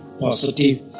positive